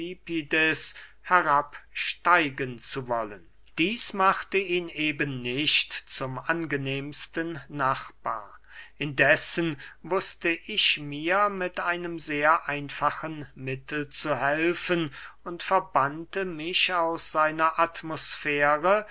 herabsteigen zu wollen dieß machte ihn eben nicht zum angenehmsten nachbar indessen wußte ich mir mit einem sehr einfachen mittel zu helfen und verbannte mich aus seiner atmosfäre